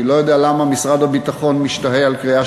אני לא יודע למה משרד הביטחון משתהה בקריאה